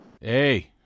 Hey